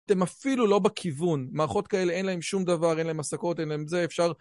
אתם אפילו לא בכיוון, מערכות כאלה אין להן שום דבר, אין להן הפסקות, אין להן... זה אפשר...